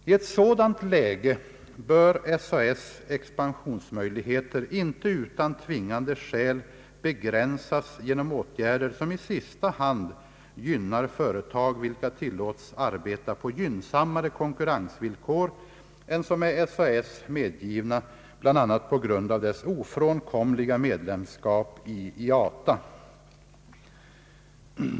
I ett sådant läge bör SAS:s expansionsmöjligheter inte utan tvingande skäl begränsas genom åtgärder som i sista hand gynnar företag vilka tillåts arbeta på gynnsammare <:konkurrensvillkor än som är SAS medgivna bl.a. på grund av dess ofrånkomliga medlemskap i IATA.